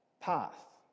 path